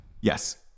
Yes